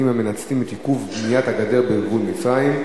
המנצלים את העיכוב בבניית הגדר בגבול מצרים,